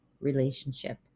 relationship